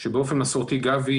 כאשר באופן מסורתי "גבי"